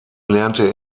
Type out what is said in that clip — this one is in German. lernte